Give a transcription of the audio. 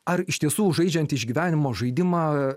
ar iš tiesų žaidžiant išgyvenimo žaidimą